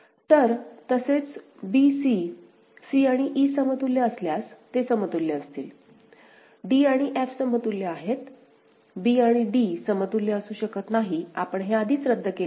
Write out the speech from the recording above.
तर तसेच b c c आणि e समतुल्य असल्यास ते समतुल्य असतील d आणि f समतुल्य आहेत b आणि d समतुल्य असू शकत नाही आपण हे आधीच रद्द केले आहे